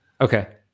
Okay